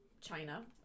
China